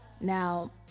Now